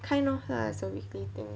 kind of lah it's a weekly thing